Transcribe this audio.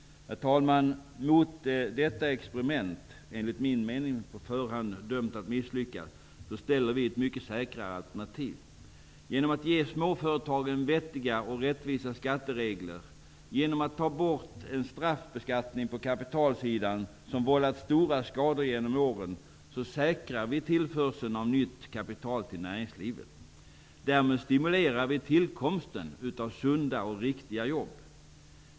Herr talman! Mot detta experiment, enligt min mening på förhand dömt att misslyckas, ställs ett mycket säkrare alternativ. Genom att ge småföretagen vettiga och rättvisa skatteregler, genom att ta bort en straffbeskattning på kapitalsidan, som vållat stora skador genom åren, säkrar vi tillförseln av nytt kapital till näringslivet. Därmed stimulerar vi tillkomsten av sunda och riktiga jobb.